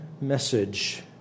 message